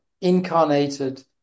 incarnated